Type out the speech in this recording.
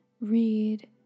read